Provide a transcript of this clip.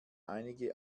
einige